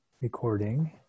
recording